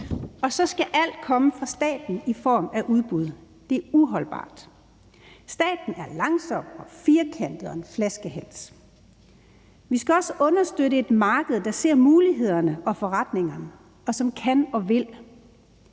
og så skal alt komme fra staten i form af udbud. Det er uholdbart. Staten er langsom og firkantet og en flaskehals. Vi skal også understøtte et marked, der ser mulighederne og forretningerne, og som kan og vil.